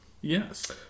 Yes